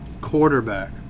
quarterback